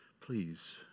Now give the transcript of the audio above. Please